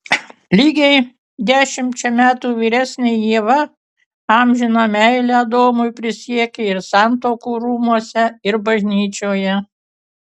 lygiai dešimčia metų vyresnė ieva amžiną meilę adomui prisiekė ir santuokų rūmuose ir bažnyčioje